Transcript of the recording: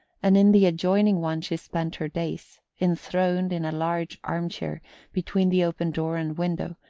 and in the adjoining one she spent her days, enthroned in a large armchair between the open door and window,